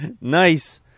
Nice